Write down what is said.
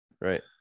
right